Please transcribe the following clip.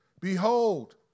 behold